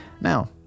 Now